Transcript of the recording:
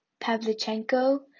Pavlichenko